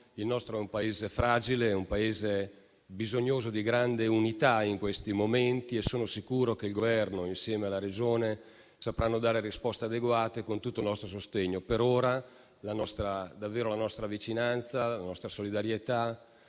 Il nostro è un Paese fragile, bisognoso di grande unità in questi momenti e sono sicuro che il Governo, insieme alla Regione, sapranno dare risposte adeguate con tutto il nostro sostegno. Per ora, esprimiamo davvero la nostra vicinanza, la nostra solidarietà,